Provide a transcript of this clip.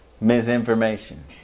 Misinformation